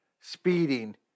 speeding